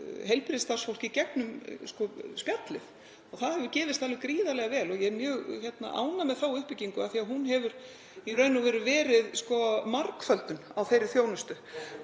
heilbrigðisstarfsfólk í gegnum spjallið. Það hefur gefist gríðarlega vel. Ég er mjög ánægð með þá uppbyggingu af því að hún hefur í raun og veru verið margföldun á þeirri þjónustu